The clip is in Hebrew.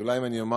אולי אם אני אומר